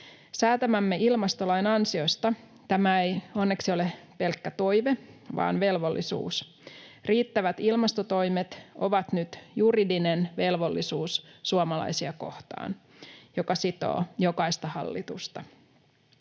Säätämämme ilmastolain ansiosta tämä ei onneksi ole pelkkä toive vaan velvollisuus. Riittävät ilmastotoimet ovat nyt suomalaisia kohtaan juridinen velvollisuus, joka sitoo jokaista hallitusta.